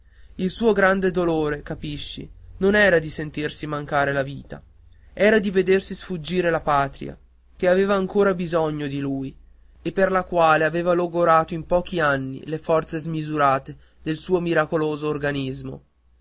il suo grande dolore capisci non era di sentirsi mancare la vita era di vedersi sfuggire la patria che aveva ancora bisogno di lui e per la quale aveva logorato in pochi anni le forze smisurate del suo miracoloso organismo